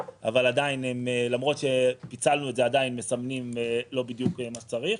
אבל למרות שפיצלנו את זה עדיין מסמנים לא בדיוק מה שצריך.